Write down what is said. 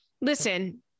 listen